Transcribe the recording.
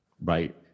right